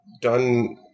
done